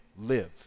live